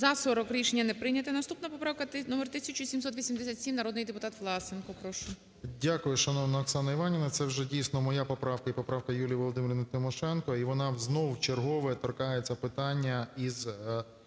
За-40 Рішення не прийнято. Наступна поправка - номер 1787. Народний депутат Власенко, прошу. 13:16:43 ВЛАСЕНКО С.В. Дякую. Шановна Оксано Іванівно, це вже, дійсно, моя поправка і поправка Юлії Володимирівни Тимошенко і вона знову вчергове торкається питання із…